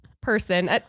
person